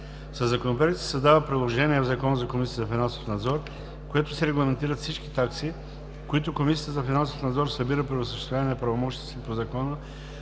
Със Законопроекта се създава приложение в Закона за Комисията за финансов надзор, в което се регламентират всички такси, които Комисията за финансов надзор събира при осъществяване на правомощията си по Закона